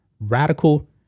radical